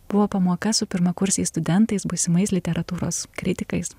buvo pamoka su pirmakursiais studentais būsimais literatūros kritikais